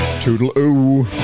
toodle-oo